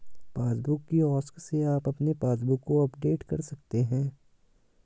passbook kiosk से आप अपने पासबुक को अपडेट कर सकते हैं